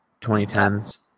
2010s